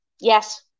yes